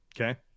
Okay